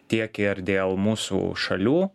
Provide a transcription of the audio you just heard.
tiek ir dėl mūsų šalių